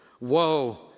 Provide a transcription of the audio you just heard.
Woe